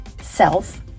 self